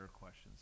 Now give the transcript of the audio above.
questions